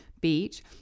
beach